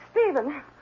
Stephen